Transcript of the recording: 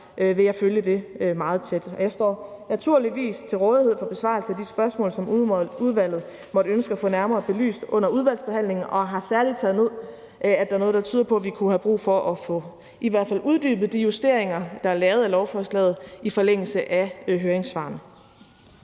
vil jeg følge det meget tæt. Jeg står naturligvis til rådighed for besvarelse af de spørgsmål, som udvalget måtte ønske at få nærmere belyst under udvalgsbehandlingen, og jeg har særlig taget ned, at der er noget, der tyder på, at vi kunne have brug i hvert fald at få uddybet de justeringer, der er lavet af lovforslaget i forlængelse af høringssvarene.